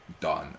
done